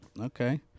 Okay